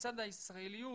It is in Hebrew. מצד הישראליות,